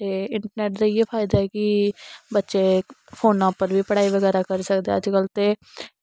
ते इंटरनेट दा इयै फायदा कि बच्चे फोना पर बी पढ़ाई वगैरा करी सकदे अजकल्ल ते